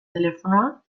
telefonoa